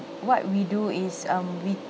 what we do is um we